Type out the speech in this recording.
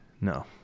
No